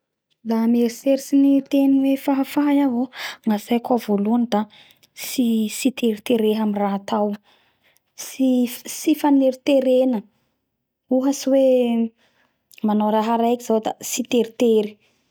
La mieritseritsy ny teny hoe fahafaha iaho o gnatsaiko ao voalohany da tsy tsy teritere amy raha atao tsy faneriterena ohatsy hoe manao raha raiky zao da tsy teritery